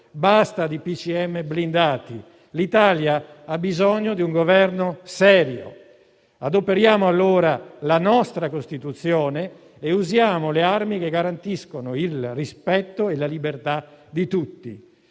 Basta con i DPCM blindati! L'Italia ha bisogno di un Governo serio. Adoperiamo allora la nostra Costituzione e usiamo le armi che garantiscono il rispetto e la libertà di tutti.